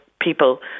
people